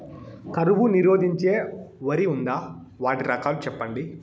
కరువు నిరోధించే వరి ఉందా? వాటి రకాలు చెప్పండి?